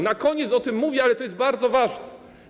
Na koniec o tym mówię, ale to jest bardzo ważne.